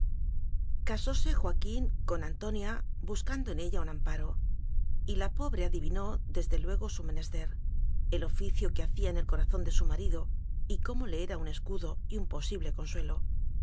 original casóse joaquín con antonia buscando en ella un amparo y la pobre adivinó desde luego su menester el oficio que hacía en el corazón de su marido y cómo le era un es cudo y un posible consuelo